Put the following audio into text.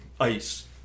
ice